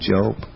Job